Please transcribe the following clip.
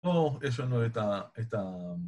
או, יש לנו את ה...